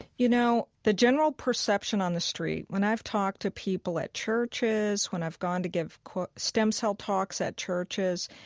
you know, the general perception on the street when i've talked to people at churches, when i've gone to give stem cell talks at churches,